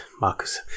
marcus